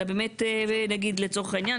אלא באמת נגיד לצורך העניין,